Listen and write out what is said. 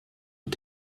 mit